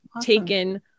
taken